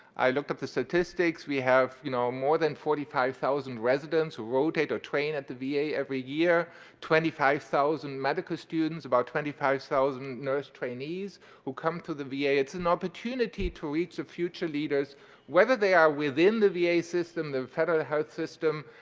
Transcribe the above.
i looked up the statistics. we have, you know, more than forty five thousand residents who rotate or train at the v a. every year twenty five thousand medical students, about twenty five thousand nurse trainees who come to the v a. it's an opportunity to reach of future leaders whether they are within the v a. system, the federal health system,